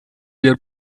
your